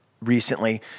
recently